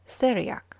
theriac